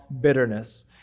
bitterness